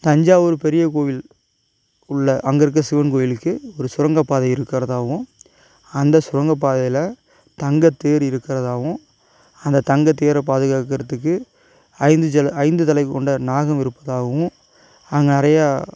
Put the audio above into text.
தஞ்சாவூர் பெரிய கோவில் உள்ள அங்கே இருக்க சிவன் கோயிலுக்கு ஒரு சுரங்கப் பாதை இருக்கறதாகவும் அந்த சுரங்கப் பாதையில் தங்கத் தேர் இருக்கறதாகவும் அந்த தங்க தேரை பாதுகாக்கறதுக்கு ஐந்து ஜல ஐந்து தலை கொண்ட நாகம் இருப்பதாகவும் அங்கே நிறையா